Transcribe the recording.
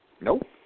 Nope